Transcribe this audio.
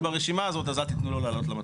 ברשימה הזאת ולא נותנים לו לעלות למטוס.